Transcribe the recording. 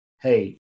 hey